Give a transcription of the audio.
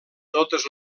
totes